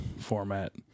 format